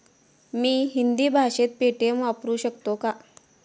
मी हिंदी भाषेत पेटीएम वापरू शकतो का?